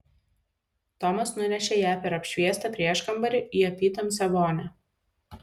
tomas nunešė ją per apšviestą prieškambarį į apytamsę vonią